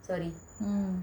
sorry